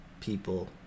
people